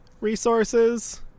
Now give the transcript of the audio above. Resources